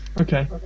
okay